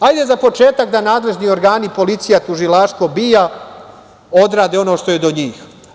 Hajde za početak da nadležni organi, policija, tužilaštvo, BIA, odrade ono što je do njih.